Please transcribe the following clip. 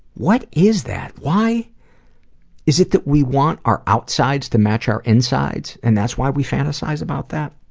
what is that? why is it that we want our outsides to match our insides and that's why we fantasize about that?